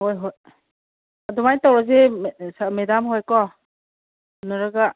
ꯍꯣꯏ ꯍꯣꯏ ꯑꯗꯨꯃꯥꯏꯅ ꯇꯧꯔꯁꯦ ꯃꯦꯗꯥꯝ ꯍꯣꯏ ꯀꯣ ꯎꯅꯔꯒ